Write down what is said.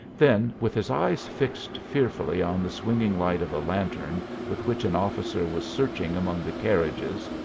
then with his eyes fixed fearfully on the swinging light of a lantern with which an officer was searching among the carriages,